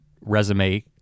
resume